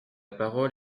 parole